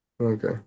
Okay